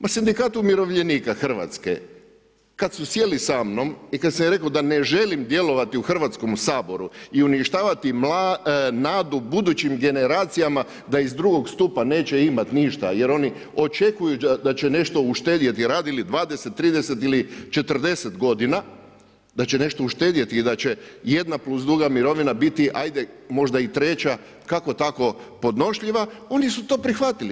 Pa Sindikat umirovljenika Hrvatske kada su sjeli sa mnom i kada sam im rekao da ne želim djelovati u Hrvatskom saboru i uništavati nadu budućim generacijama da iz drugog stupa neće imati ništa jer oni očekuju da će nešto uštedjeti radili 20, 30 ili 40 godina da će nešto uštedjeti i da će jedna plus druga mirovina biti ajde možda i treća kako tako podnošljiva, oni su to prihvatili.